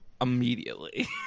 immediately